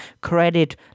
credit